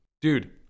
Dude